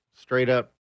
straight-up